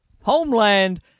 Homeland